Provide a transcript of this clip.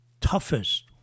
toughest